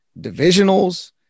divisionals